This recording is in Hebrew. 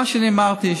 מה שאני אמרתי,